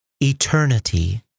eternity